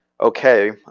okay